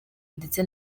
ndetse